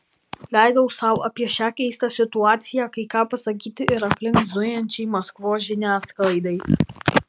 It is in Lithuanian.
leidau sau apie šią keistą situaciją kai ką pasakyti ir aplink zujančiai maskvos žiniasklaidai